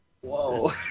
Whoa